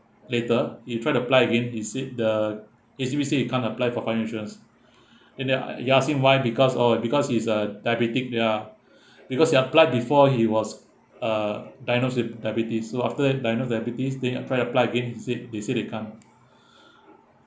later he try to apply again he said the he s~ he said he can't apply for fire insurance and then I ask him why because oh because he is a diabetic ya because he applied before he was uh diagnosed with diabetes so after he diagnosed diabetes then he trying to apply again they said they said they can't